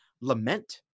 lament